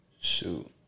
Shoot